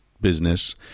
business